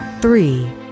three